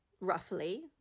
roughly